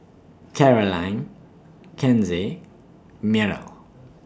Carolyn Kenzie Myrtle